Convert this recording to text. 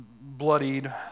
bloodied